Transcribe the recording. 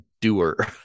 doer